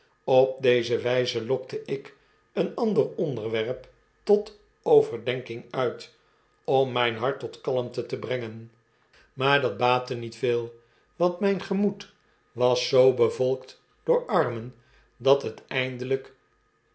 op deze wijze lokte ik een ander onderwerp tot overdenking uit om mijn hart tot kalmte te brengen maar dat baatte niet veel want mijn gemoed was zoo bevolkt door armen dat t eindelijk